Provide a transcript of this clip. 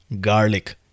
garlic